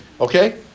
Okay